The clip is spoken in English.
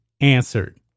answered